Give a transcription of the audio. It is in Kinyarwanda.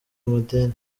amadeni